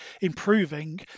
improving